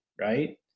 Right